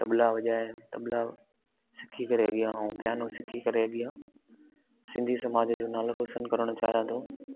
तबला वॼाइणु तबला सिखी करे अॻियां ऐं प्यानो सिखी करे अॻियां सिंधी समाज जो नालो रोशन करणु चाहियां थो